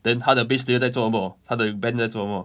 then 他的 bass player 在做什么他的 band 在做什么